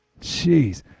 Jeez